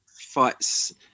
fights